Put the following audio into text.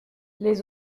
les